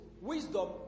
wisdom